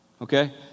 okay